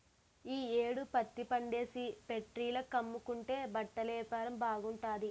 ఈ యేడు పత్తిపంటేసి ఫేట్రీల కమ్ముకుంటే బట్టలేపారం బాగుంటాది